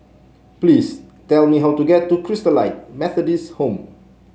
please tell me how to get to Christalite Methodist Home